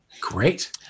Great